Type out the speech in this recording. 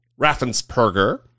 Raffensperger